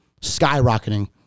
skyrocketing